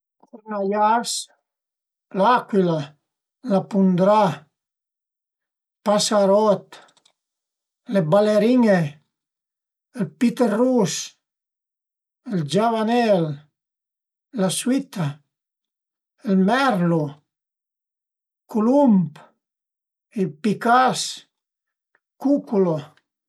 Curnaias, l'acuila, la pundrà, pasarot, le balerin-e, ël piter rus, ël giavanel, la suitta, ël merlu, culumb, ël picas, cuculo